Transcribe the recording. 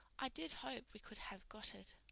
i did hope we could have got it.